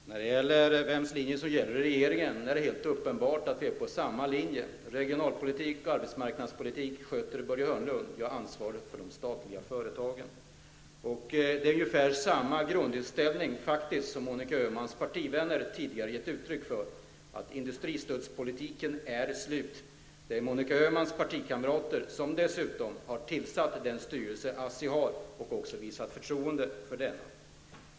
Herr talman! När det gäller vems linje som gäller i regeringen är det helt uppenbart att vi är på samma linje. Regionalpolitik och arbetsmarknadspolitik sköter Börje Hörnlund. Jag har ansvaret för de statliga företagen. Det är ungefär samma grundinställning som gäller den som Monica Öhmans partivänner tidigare har givit uttryck för, att industristödspolitiken är slut. Det är dessutom Monica Öhmans partikamrater som har tillsatt den styrelse som ASSI har och visat förtroende för denna.